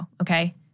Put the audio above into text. okay